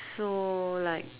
so like